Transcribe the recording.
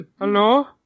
hello